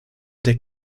der